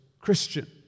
Christian